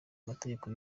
amategeko